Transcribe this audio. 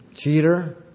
cheater